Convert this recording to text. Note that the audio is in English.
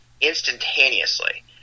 instantaneously